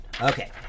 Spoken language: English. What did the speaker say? Okay